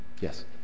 yes